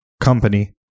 company